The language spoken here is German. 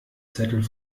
zettel